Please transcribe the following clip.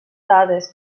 dades